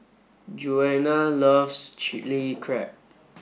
Djuana loves Chili Crab